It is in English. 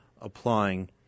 applying